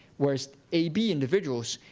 whereas ab individuals,